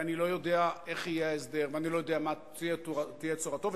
ואני לא יודע איך יהיה ההסדר ואני לא יודע מה תהיה צורתו,